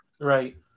Right